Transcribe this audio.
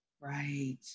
Right